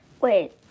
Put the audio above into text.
Wait